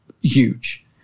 huge